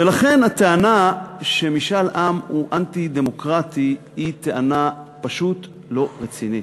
ולכן הטענה שמשאל עם הוא אנטי-דמוקרטי היא טענה פשוט לא רצינית.